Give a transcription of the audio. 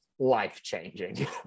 life-changing